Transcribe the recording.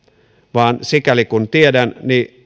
vaan sikäli kuin tiedän niin